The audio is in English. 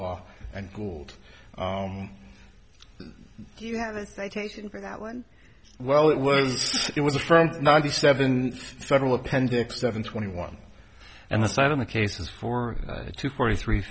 law and gold do you have it i take it that one well it was it was a front ninety seven federal appendix seven twenty one and the side of the cases four to forty three